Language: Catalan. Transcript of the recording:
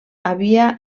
havia